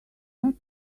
not